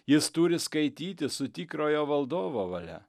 jis turi skaitytis su tikrojo valdovo valia